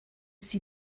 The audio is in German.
sie